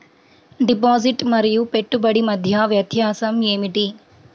Deposit మరియు పెట్టుబడి మధ్య వ్యత్యాసం ఏమిటీ?